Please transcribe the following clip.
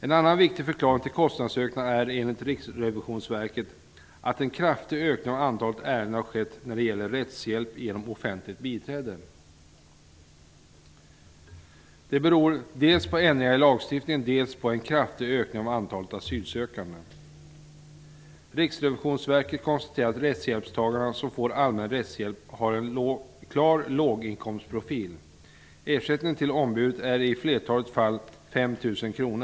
En annan viktig förklaring till kostnadsökningarna är enligt Riksrevisionsverket att en kraftig ökning har skett av antalet ärenden där rättshjälp genom offentligt biträde behövs. Det beror dels på ändringar i lagstiftningen, dels på en kraftig ökning av antalet asylsökande. Riksrevisionsverket konstaterar att de som får allmän rättshjälp har en klar låginkomstprofil.